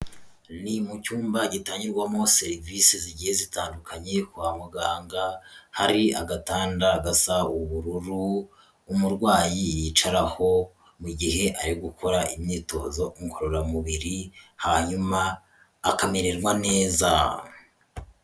Ni mu cyumba gitangirwamo serivisi zigiye zitandukanye kwa muganga, hari agatanda gasa ubururu umurwayi yicaraho mu gihe ari gukora imyitozo ngororamubiri, hanyuma akamererwa neza.